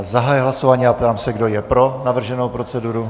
Zahajuji hlasování a ptám se, kdo je pro navrženou proceduru.